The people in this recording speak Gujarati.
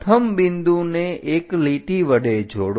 પ્રથમ બિંદુને એક લીટી વડે જોડો